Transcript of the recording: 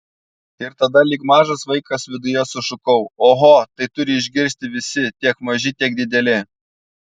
ir tada lyg mažas vaikas viduje sušukau oho tai turi išgirsti visi tiek maži tiek dideli